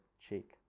cheek